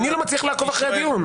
אני לא מצליח לעקוב אחרי הדיון.